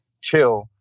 chill